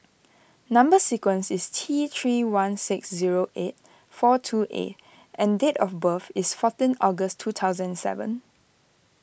Number Sequence is T three one six zero eight four two A and date of birth is fourteen August two thousand seven